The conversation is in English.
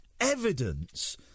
evidence